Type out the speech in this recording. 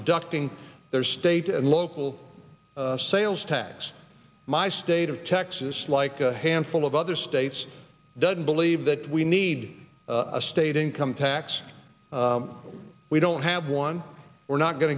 deducting their state law will sales tax my state of texas like a handful of other states doesn't believe that we need a state income tax we don't have one we're not going